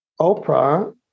Oprah